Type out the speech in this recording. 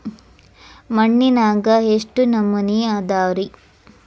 ಮಣ್ಣಿನಾಗ ಎಷ್ಟು ನಮೂನೆ ಅದಾವ ರಿ?